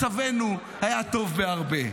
מצבנו היה טוב בהרבה.